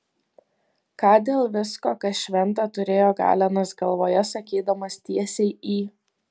ką dėl visko kas šventa turėjo galenas galvoje sakydamas tiesiai į